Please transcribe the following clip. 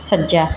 ਸੱਜਾ